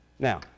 Now